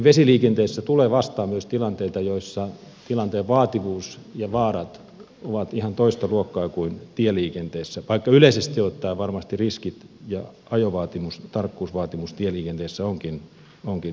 vesiliikenteessä tulee vastaan myös tilanteita joissa tilanteen vaativuus ja vaarat ovat ihan toista luokkaa kuin tieliikenteessä vaikka yleisesti ottaen varmasti riskit ja ajovaatimus tarkkuusvaatimus tieliikenteessä ovatkin suurempia